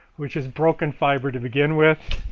which is broken fiber to begin with,